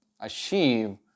achieve